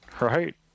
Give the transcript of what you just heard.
right